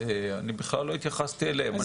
אני לא התייחסתי אליהם.